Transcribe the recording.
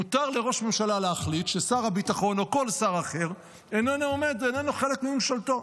מותר לראש ממשלה להחליט ששר הביטחון או כל שר אחר איננו חלק מממשלתו.